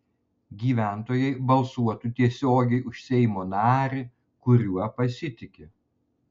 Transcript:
gyventojai balsuotų tiesiogiai už seimo narį kuriuo pasitiki